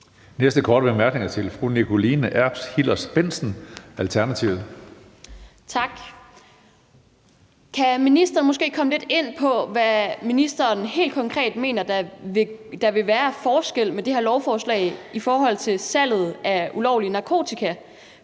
Alternativet. Kl. 17:13 Nikoline Erbs Hillers-Bendtsen (ALT): Kan ministeren måske komme lidt ind på, hvad ministeren helt konkret mener der vil være af forskel med det her lovforslag i forhold til salget af ulovlig narkotika?